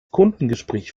kundengespräch